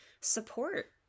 support